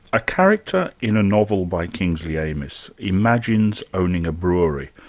a character in a novel by kingsley amis imagines owning a brewery,